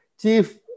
chief